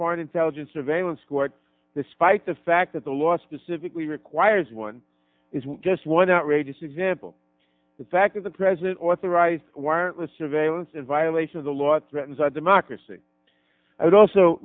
foreign intelligence surveillance court the spike the fact that the law specifically requires one is just one outrageous example the fact that the president authorized wireless surveillance in violation of the law threatens our democracy i would also